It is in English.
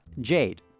jade